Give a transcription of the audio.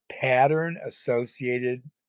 pattern-associated